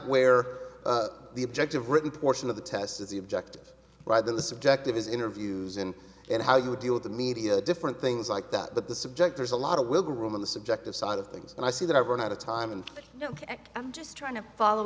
where the objective written portion of the test is the objective rather the subjective is interviews and and how you deal with the media different things like that but the subject there's a lot of wiggle room in the subjective side of things and i see that i've run out of time and i'm just trying to follow